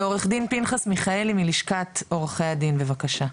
עורך דין פינחס מיכאלי מלשכת עורכי הדין, בבקשה.